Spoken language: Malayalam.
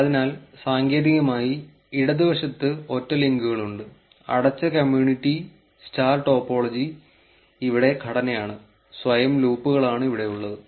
അതിനാൽ സാങ്കേതികമായി ഇടതുവശത്ത് ഒറ്റ ലിങ്കുകളുണ്ട് അടച്ച കമ്മ്യൂണിറ്റി സ്റ്റാർ ടോപ്പോളജി ഇവിടെ ഘടനയാണ് സ്വയം ലൂപ്പുകളാണ് ഇവിടെയുള്ളത്